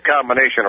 combination